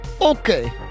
okay